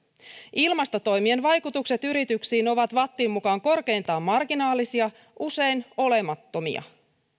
ilmastotoimien vaikutukset yrityksiin ovat vattin mukaan korkeintaan marginaalisia usein olemattomia